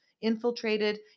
infiltrated